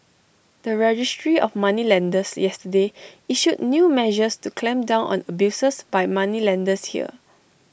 the registry of moneylenders yesterday issued new measures to clamp down on abuses by moneylenders here